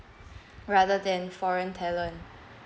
rather than foreign talent